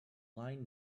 line